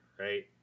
Right